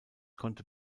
konnte